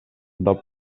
del